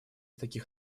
таких